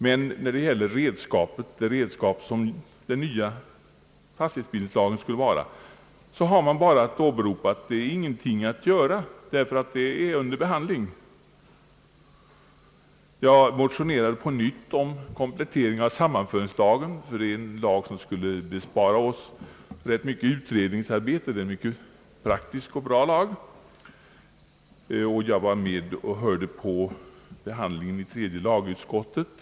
Men när det gäller det redskap, som den nya fastighetsbildningslagen skulle vara, har man bara att åberopa att ingenting går att göra därför att ärendet är under behandling. Jag har motionerat på nytt om komplettering av sammanföringslagen — en mycket praktisk och bra lag som skulle bespara oss rätt mycket utredningsarbete. Jag var med och hörde på behandlingen i tredje lagutskottet.